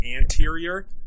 anterior